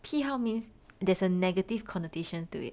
批号 means there's a negative connotation to it